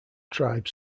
tribe